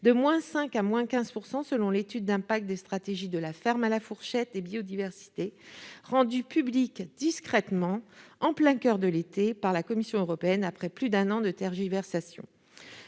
de 5 % à 15 % selon l'étude d'impact des stratégies « De la ferme à la fourchette » et « Biodiversité », rendue publique discrètement en plein coeur de l'été par la Commission européenne, après plus d'un an de tergiversations.